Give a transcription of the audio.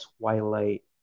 Twilight